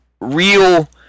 real